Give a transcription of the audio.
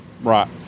Right